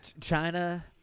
China